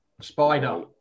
Spider